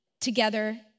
together